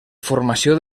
formació